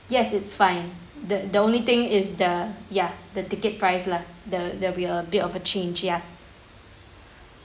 yes it's fine the the only thing is the ya the ticket price lah the there will be a bit of a change ya